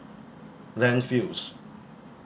landfills